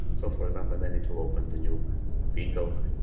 so for example, and i need to open the new window